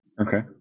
Okay